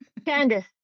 Candice